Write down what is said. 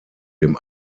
dem